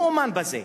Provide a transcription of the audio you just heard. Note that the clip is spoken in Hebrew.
הוא אמן בזה.